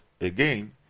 again